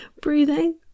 breathing